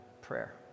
prayer